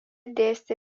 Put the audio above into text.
dėstė